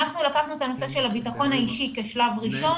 אנחנו לקחנו את הנושא של הביטחון האישי כשלב ראשון,